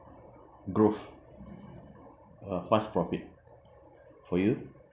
growth uh fast profit for you